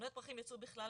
חנויות פרחים יצאו בכלל